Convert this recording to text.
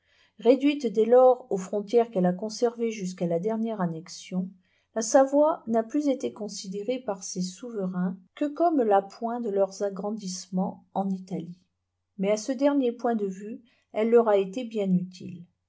réduite dès lors aux frontières qu'elle a conservées jusqu'à la dernière annexion la savoie n'a plus été considérée par ses souverains digitized by google éè que comme l'appoint de leurs agrandissements en italie mais à ce dernier point de vue elle leur a été bien utile